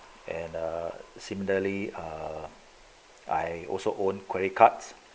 and err similarly err I also own credit cards